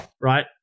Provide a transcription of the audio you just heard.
right